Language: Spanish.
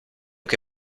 que